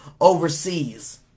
overseas